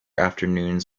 afternoons